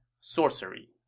sorcery